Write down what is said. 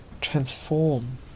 transform